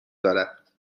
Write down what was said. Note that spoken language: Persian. دارد